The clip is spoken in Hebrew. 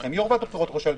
הבחירות.